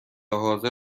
حاضر